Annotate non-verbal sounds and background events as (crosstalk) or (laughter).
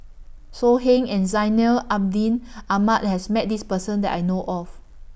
So Heng and Zainal Abidin (noise) Ahmad has Met This Person that I know of